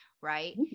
right